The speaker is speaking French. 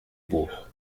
bourg